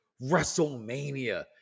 WrestleMania